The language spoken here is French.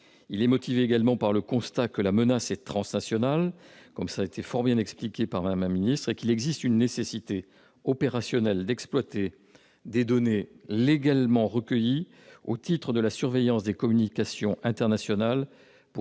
est motivé par le constat que la menace est transnationale, comme Mme la ministre l'a fort bien expliqué, et qu'il existe une nécessité opérationnelle d'exploiter des données légalement recueillies au titre de la surveillance des communications internationales